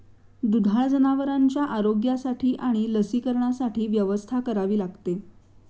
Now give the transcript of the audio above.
दुधाळ जनावरांच्या आरोग्यासाठी आणि लसीकरणासाठी व्यवस्था करावी लागते